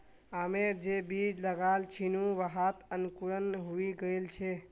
आमेर जे बीज लगाल छिनु वहात अंकुरण हइ गेल छ